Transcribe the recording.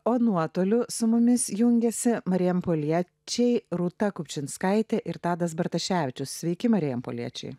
o nuotoliu su mumis jungiasi marijampoliečiai rūta kupčinskaitė ir tadas bartaševičius sveiki marijampoliečiai